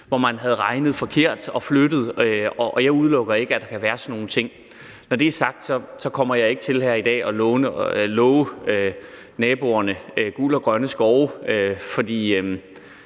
hvor man havde regnet forkert – og jeg udelukker ikke, at der kan være sådan nogle ting. Når det er sagt, kommer jeg ikke til at stå her i dag og love naboerne guld og grønne skove, for